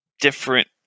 different